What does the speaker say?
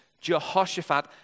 Jehoshaphat